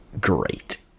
great